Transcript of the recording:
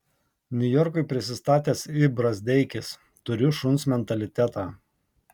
niujorkui prisistatęs i brazdeikis turiu šuns mentalitetą